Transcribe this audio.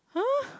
!huh!